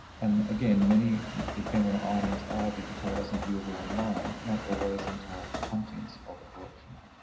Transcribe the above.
and again many ephemera items are digitised and viewable online, but not always entire contents of a collection.